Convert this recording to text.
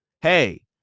hey